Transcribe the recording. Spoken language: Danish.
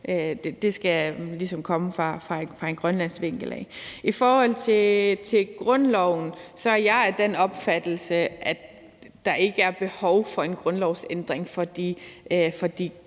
ligesom komme fra en grønlandsk vinkel. I forhold til grundloven er jeg af den opfattelse, at der ikke er behov for en grundlovsændring på